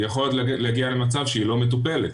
היא יכולה להגיע למצב שהיא לא מטופלת,